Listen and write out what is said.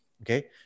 Okay